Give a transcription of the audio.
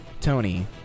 Tony